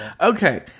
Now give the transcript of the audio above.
Okay